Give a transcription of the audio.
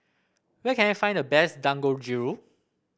where can I find the best Dangojiru